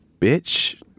bitch